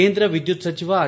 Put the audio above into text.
ಕೇಂದ್ರ ವಿದ್ಯುತ್ ಸಚಿವ ಆರ್